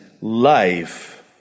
life